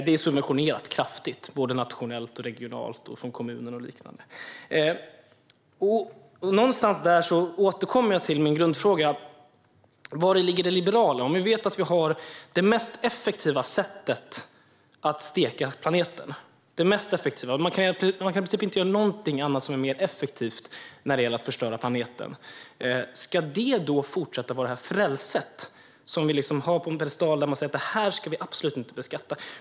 Det är kraftigt subventionerat, nationellt, regionalt och från kommuner och liknande. Någonstans där återkommer jag till min grundfråga: Vari ligger det liberala? Vi vet att vi har det mest effektiva sättet att steka planeten. Man kan i princip inte göra någonting annat som är mer effektivt när det gäller att förstöra planeten. Ska detta då fortsätta att vara frälset, som vi liksom har på en piedestal? Man säger: Detta ska vi absolut inte beskatta.